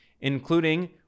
including